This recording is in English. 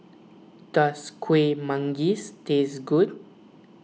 does Kuih Manggis taste good